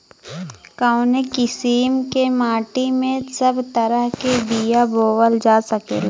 कवने किसीम के माटी में सब तरह के बिया बोवल जा सकेला?